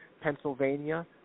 Pennsylvania